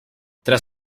tras